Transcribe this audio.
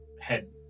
head